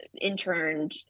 interned